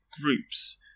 groups